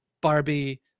Barbie